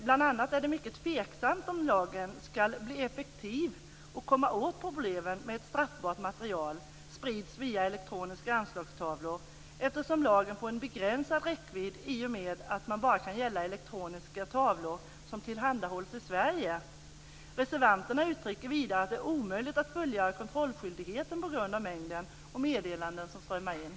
Bl.a. är det mycket tveksamt om lagen skall bli effektiv och komma åt problemen med att straffbart material sprids via elektroniska anslagstavlor eftersom lagen får en begränsad räckvidd i och med att den bara kan gälla elektroniska anslagstavlor som tillhandahålls i Sverige, heter det. Reservanterna uttrycker vidare att det är omöjligt att fullgöra kontrollskyldigheten på grund av mängden av meddelanden som strömmar in.